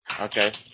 Okay